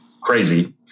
crazy